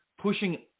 pushing